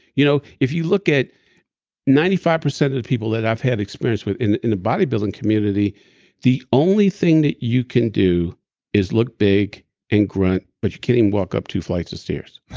you know if you look at ninety five percent of the people that i've had experience with in in the bodybuilding community the only thing that you can do is look big and grunt, but you can't even walk up two flights of stairs.